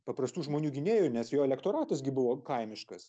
paprastų žmonių gynėju nes jo elektoratas gi buvo kaimiškas